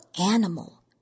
animal